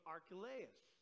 Archelaus